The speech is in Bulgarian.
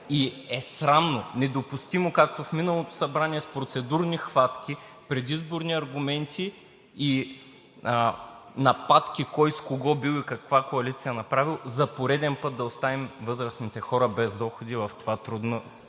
И е срамно, недопустимо, както в миналото Събрание – с процедурни хватки, предизборни аргументи и нападки кой с кого бил и каква коалиция направил, за пореден път да оставим възрастните хора без доходи в това трудно